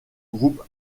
groupe